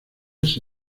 ese